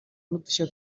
n’udushya